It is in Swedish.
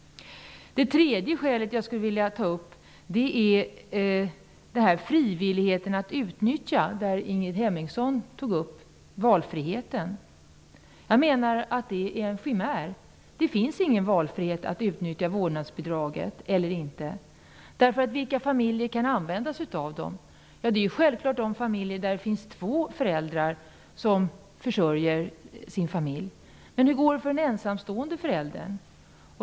Det tredje skälet som jag skulle vilja ta upp är frivilligheten att utnyttja bidraget. Ingrid Hemmingsson talade om valfriheten. Jag menar att den är en chimär. Det finns ingen valfrihet att utnyttja vårdnadsbidraget eller att inte göra det. Vilka familjer kan utnyttja det? Jo, det är självklart de familjer där två föräldrar svarar för försörjningen. Men hur går det för en ensamstående förälder?